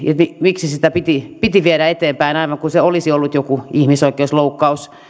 miksi sitä piti piti viedä eteenpäin aivan kuin se olisi ollut jokin ihmisoikeusloukkaus